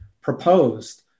proposed